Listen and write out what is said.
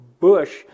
bush